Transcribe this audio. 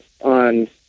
on